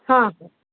ହଁ